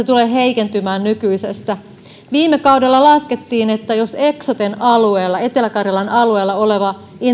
tulee heikentymään nykyisestä viime kaudella laskettiin että jos eksoten alueella etelä karjalan alueella oleva